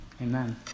amen